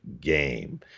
game